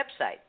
website